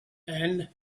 and